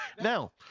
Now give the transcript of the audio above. Now